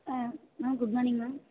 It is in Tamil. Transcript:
ah ma'am good morning ma'am